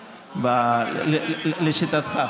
לשיטתך.